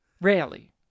Rarely